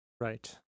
Right